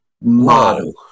model